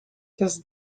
does